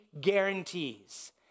guarantees